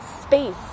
space